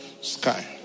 sky